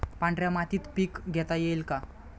पांढऱ्या मातीत पीक घेता येईल का?